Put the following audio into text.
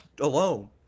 alone